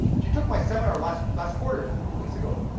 she took my seminar last last quarter a couple of weeks ago,